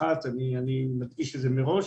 אני מדגיש את זה מראש,